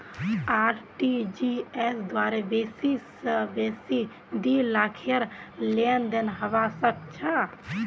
RTGS द्वारे बेसी स बेसी दी लाखेर लेनदेन हबा सख छ